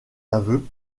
aveux